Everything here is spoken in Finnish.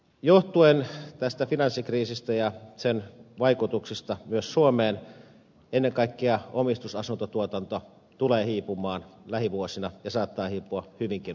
johtuen tästä finanssikriisistä ja sen vaikutuksista myös suomeen ennen kaikkea omistusasuntotuotanto tulee hiipumaan lähivuosina ja saattaa hiipua hyvinkin olennaisesti